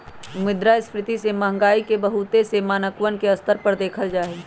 मुद्रास्फीती या महंगाई के बहुत से मानकवन के स्तर पर देखल जाहई